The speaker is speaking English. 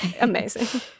amazing